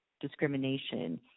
discrimination